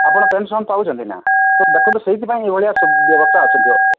ଆପଣ ପେନସନ୍ ପାଉଛନ୍ତି ନା ତ ଦେଖନ୍ତୁ ସେଇଥିପାଇଁ ଏଭଳିଆ ବ୍ୟବସ୍ଥା ଅଛନ୍ତି